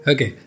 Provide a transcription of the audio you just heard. Okay